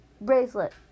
bracelet